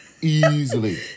Easily